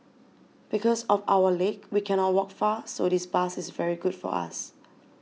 because of our leg we cannot walk far so this bus is very good for us